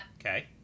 Okay